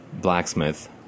blacksmith